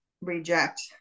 reject